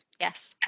yes